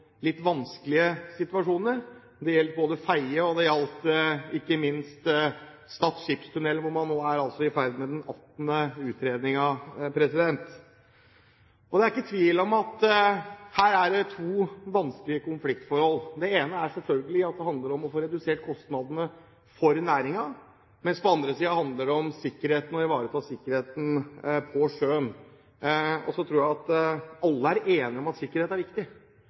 litt vanskelige situasjoner. Det gjelder både Fedje og ikke minst Stad skipstunnel, hvor man nå er i gang med den 18. utredningen. Det er ikke tvil om at her er det to vanskelige konfliktforhold. Det ene handler selvfølgelig om å få redusert kostnadene for næringen, mens det på den andre siden handler om å ivareta sikkerheten på sjøen. Jeg tror alle er enige om at sikkerhet er viktig,